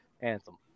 anthem